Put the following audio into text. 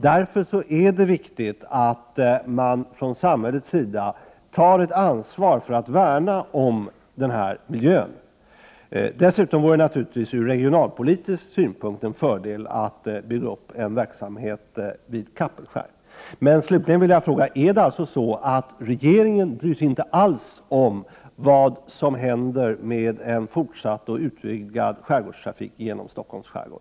Därför är det viktigt att man från samhällets sida tar ett ansvar för att värna om denna miljö. Dessutom vore det ur regionalpolitisk synpunkt en fördel att bygga upp en verksamhet vid Kapellskär.